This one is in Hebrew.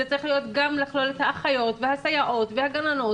זה צריך לכלול גם את האחיות והסייעות והגננות